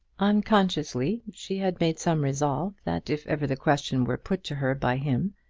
unconsciously she had made some resolve that if ever the question were put to her by him,